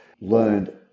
learned